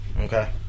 Okay